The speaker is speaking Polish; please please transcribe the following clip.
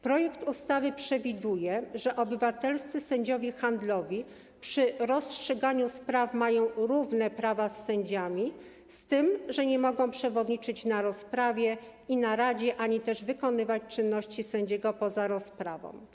Projekt ustawy przewiduje, że obywatelscy sędziowie handlowi przy rozstrzyganiu spraw mają równe prawa z sędziami, z tym że nie mogą przewodniczyć na rozprawie czy naradzie ani też wykonywać czynności sędziego poza rozprawą.